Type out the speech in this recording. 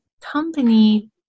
company